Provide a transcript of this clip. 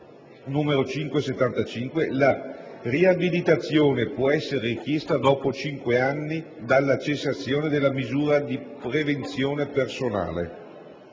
n. 575, la riabilitazione può essere richiesta dopo cinque anni dalla cessazione della misura di prevenzione personale.